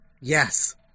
Yes